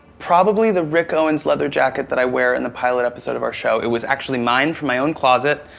probably the rick owens leather jacket that i wear in the pilot episode of our show. it was actually mine from my own closet.